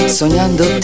sognando